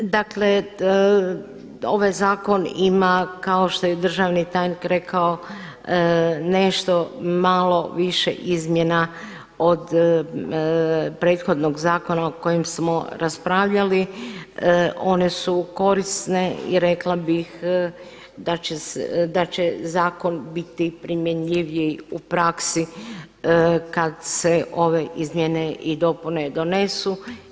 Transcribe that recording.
Dakle, ovaj zakon ima kao što je državni tajnik rekao nešto malo više izmjena od prethodnog zakona o kojem smo raspravljali, one su korisne i rekla bih da će zakon biti primjenjiviji u praksi kada se ove izmjene i dopune donesu.